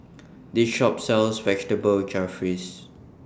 This Shop sells Vegetable Jalfrezi